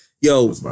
Yo